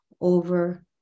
over